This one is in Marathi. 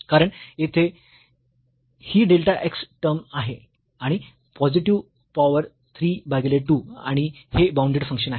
कारण येथे ही डेल्टा x टर्म आहे आणि पॉझिटिव्ह पॉवर 3 भागीले 2 आणि हे बाऊंडेड फंक्शन आहे